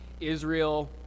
Israel